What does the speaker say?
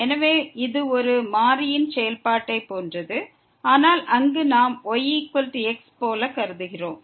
எனவே இது ஒரு மாறியின் செயல்பாட்டைப் போன்றது ஆனால் அங்கு நாம் yx போல கருதுகிறோம்